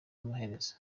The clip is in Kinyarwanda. amaherezo